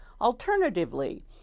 Alternatively